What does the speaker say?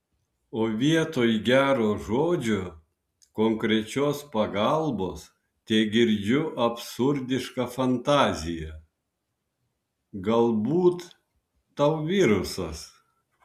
o vietoj gero žodžio konkrečios pagalbos tegirdžiu absurdišką fantaziją galbūt tau virusas